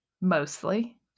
mostly